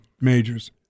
majors